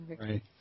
Right